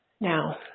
Now